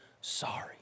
sorry